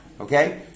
Okay